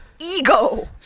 ego